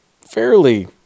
fairly